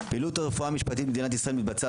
פעילות הרפואה המשפטית במדינת ישראל מתבצעת